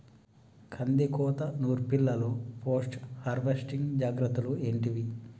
కందికోత నుర్పిల్లలో post harvesting జాగ్రత్తలు ఏంటివి?